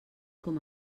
com